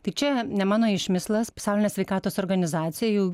tai čia ne mano išmislas pasaulinė sveikatos organizacija jau